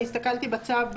אני הסתכלתי בצו,